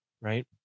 right